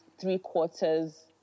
three-quarters